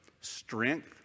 strength